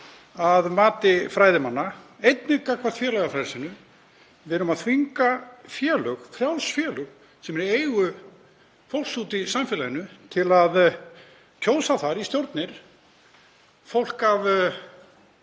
að mati fræðimanna, einnig gagnvart félagafrelsinu. Við erum að þvinga félög, frjáls félög sem eru í eigu fólks úti í samfélaginu, til að kjósa í stjórnir fólk af